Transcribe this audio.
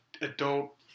adult